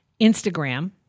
Instagram